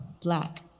Black